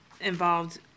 involved